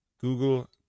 Google